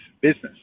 business